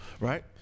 right